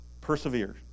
Persevere